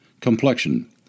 Complexion